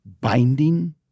binding